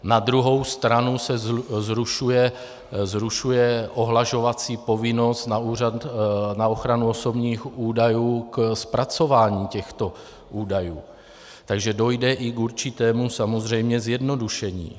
Na druhou stranu se zrušuje ohlašovací povinnost na Úřad pro ochranu osobních údajů ke zpracování těchto údajů, takže dojde i k určitému samozřejmě zjednodušení.